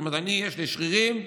אני יש לי שרירים,